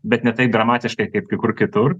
bet ne taip dramatiškai kaip kai kur kitur